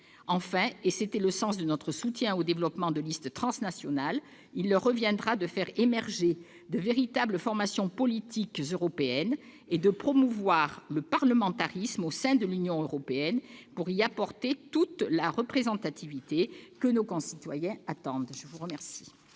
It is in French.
Enfin, et c'était le sens de notre soutien au développement de listes transnationales, il reviendra à nos représentants de faire émerger de véritables formations politiques européennes et de promouvoir le parlementarisme au sein de l'Union pour y apporter toute la représentativité que nos concitoyens attendent. La parole